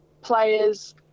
players